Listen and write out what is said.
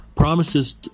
Promises